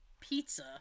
pizza